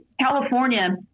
California